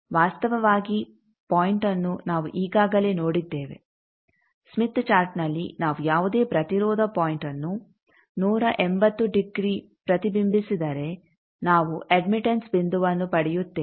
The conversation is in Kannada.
ವಾಸ್ತವವಾಗಿ ಪಾಯಿಂಟ್ಅನ್ನು ನಾವು ಈಗಾಗಲೇ ನೋಡಿದ್ದೇವೆ ಸ್ಮಿತ್ ಚಾರ್ಟ್ನಲ್ಲಿ ನಾವು ಯಾವುದೇ ಪ್ರತಿರೋಧ ಪಾಯಿಂಟ್ಅನ್ನು 180 ಡಿಗ್ರಿ ಪ್ರತಿಬಿಂಬಿಸಿದರೆ ನಾವು ಅಡ್ಮಿಟೆಂಸ್ ಬಿಂದುವನ್ನು ಪಡೆಯುತ್ತೇವೆ